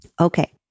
Okay